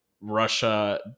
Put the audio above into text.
Russia